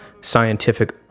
scientific